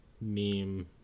meme